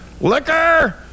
Liquor